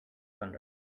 thunder